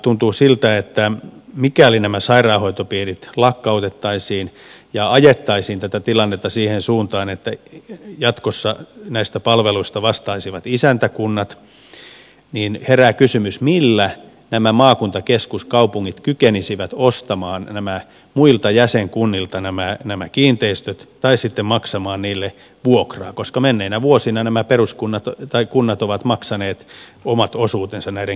tuntuu siltä että mikäli nämä sairaanhoitopiirit lakkautettaisiin ja ajettaisiin tätä tilannetta siihen suuntaan että jatkossa näistä palveluista vastaisivat isäntäkunnat niin herää kysymys millä nämä maakuntakeskuskaupungit kykenisivät ostamaan muilta jäsenkunnilta nämä kiinteistöt tai sitten maksamaan niille vuokraa koska menneinä vuosina nämä kunnat ovat maksaneet omat osuutensa näiden kiinteistöjen rakentamisesta